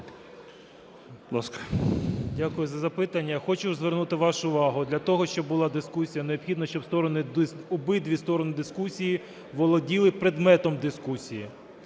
Дякую за запитання. Хочу звернути вашу увагу, для того, щоб була дискусія, необхідно, щоб обидві сторони дискусії володіли предметом дискусії.